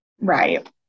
Right